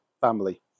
family